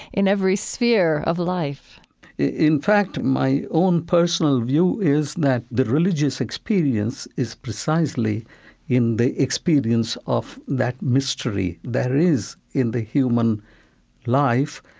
in every sphere of life in fact, my own personal view is that the religious experience is precisely in the experience of that mystery. there is, in the human life,